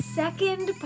second